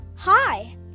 hi